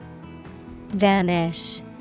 Vanish